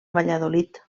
valladolid